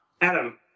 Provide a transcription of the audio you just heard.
Adam